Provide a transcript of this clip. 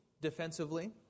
defensively